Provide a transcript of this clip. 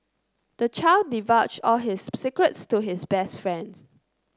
the child divulged all his secrets to his best friend